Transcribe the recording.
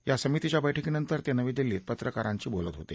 या समितीच्या बैठकीनंतर ते नवी दिल्लीत पत्रकारांशी बोलत होते